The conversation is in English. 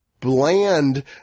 bland